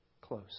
close